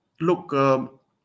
look